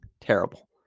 terrible